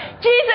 Jesus